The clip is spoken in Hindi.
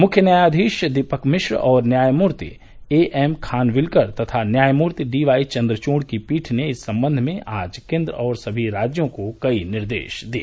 मुख्य न्यायाधीश दीपक मिश्र और न्यायमूर्ति एएम खानविलकर तथा न्यायमूर्ति डी वाई चंद्रचूड़ की पीठ ने इस संबंध में आज केन्द्र और समी राज्यों को कई निर्देश दिए